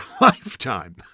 lifetime